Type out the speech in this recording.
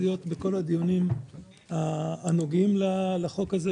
להיות בכל הדיונים הנוגעים לחוק הזה.